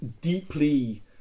deeply